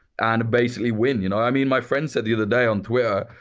and basically win. you know i mean, my friend said the other day on twitter,